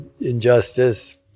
injustice